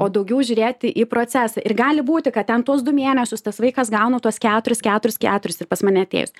o daugiau žiūrėti į procesą ir gali būti kad ten tuos du mėnesius tas vaikas gauna tuos keturis keturis keturis ir pas mane atėjus